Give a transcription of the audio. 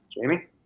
Jamie